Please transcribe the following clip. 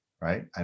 right